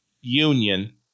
union